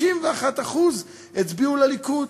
51% הצביעו לליכוד.